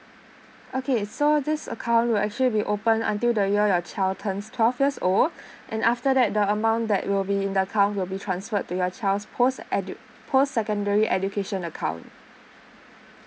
okay so this account will actually be open until the year your child turns twelve years old and after that the amount that will be in the account will be transferred to your child's post edu~ post secondary education account